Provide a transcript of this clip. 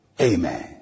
amen